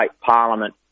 parliament